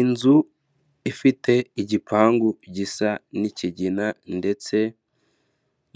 Inzu ifite igipangu gisa n'ikigina ndetse